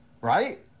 right